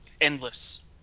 endless